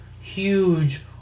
huge